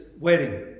wedding